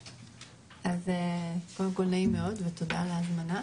קודם כל נעים מאוד ותודה על ההזמנה,